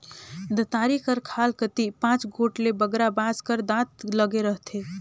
दँतारी कर खाल कती पाँच गोट ले बगरा बाँस कर दाँत लगे रहथे